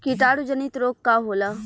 कीटाणु जनित रोग का होला?